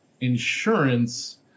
insurance